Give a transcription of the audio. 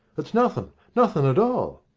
it's nothing, nothing at all.